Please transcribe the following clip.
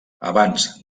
abans